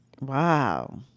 Wow